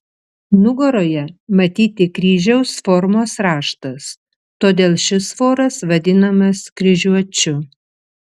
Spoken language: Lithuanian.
nugaroje matyti kryžiaus formos raštas todėl šis voras vadinamas kryžiuočiu